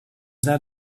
that